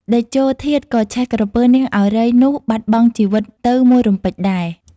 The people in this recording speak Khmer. តេជោធាតុក៏ឆេះក្រពើ នាងឱរ៉ៃ នោះបាត់បង់ជីវិត ទៅមួយរំពេចដែរ ។